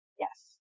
Yes